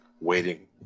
waiting